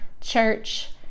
church